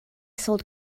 sold